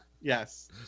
yes